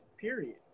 period